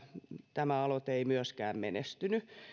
tämä aloite ei myöskään menestynyt